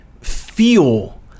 feel